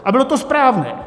A bylo to správné.